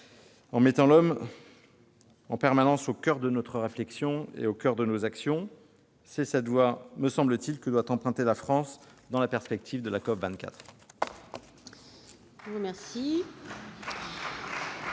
sur le fait de placer en permanence l'Homme au coeur de notre réflexion et de nos actions. C'est cette voie, me semble-t-il, que doit emprunter la France dans la perspective de la COP24.